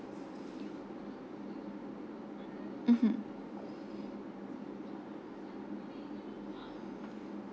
mmhmm